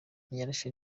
yarashe